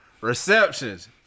Receptions